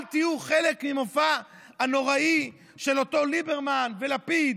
אל תהיו חלק מהמופע הנוראי של אותם ליברמן ולפיד,